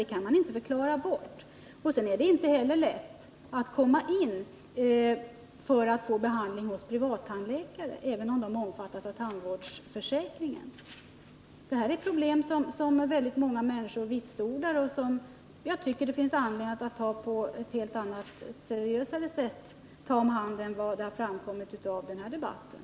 Det kan man inte förklara bort. Sedan är det inte heller lätt att komma in för att få behandling hos privattandläkare, även om de omfattas av tandvårdsförsäkringen. Det här är problem som väldigt många människor vitsordar och som jag tycker det finns anledning att ta på ett seriösare sätt än vad som har framkommit i den här debatten.